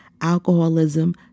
alcoholism